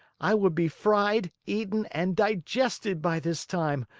i would be fried, eaten, and digested by this time.